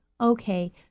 Okay